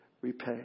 repay